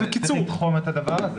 אבל צריך לתחום את העניין הזה.